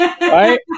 Right